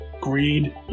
Greed